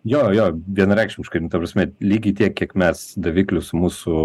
jo jo vienareikšmiškai nu ta prasme lygiai tiek kiek mes daviklius mūsų